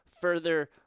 further